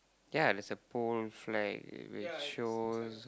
ya there's a pole flag which shows